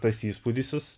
tas įspūdis jis